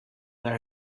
there